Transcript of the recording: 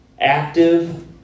Active